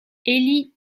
élie